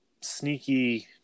sneaky